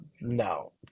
no